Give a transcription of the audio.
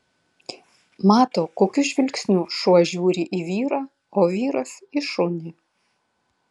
mato kokiu žvilgsniu šuo žiūri į vyrą o vyras į šunį